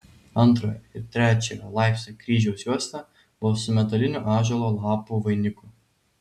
antrojo ir trečiojo laipsnio kryžiaus juosta buvo su metaliniu ąžuolo lapų vainiku